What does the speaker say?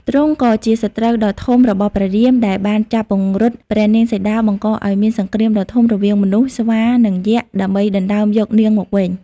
ទ្រង់ក៏ជាសត្រូវដ៏ធំរបស់ព្រះរាម ដែលបានចាប់ពង្រត់ព្រះនាងសីតា បង្កឱ្យមានសង្គ្រាមដ៏ធំរវាងមនុស្ស ស្វា និងយក្ស ដើម្បីដណ្ដើមយកនាងមកវិញ ។